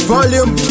Volume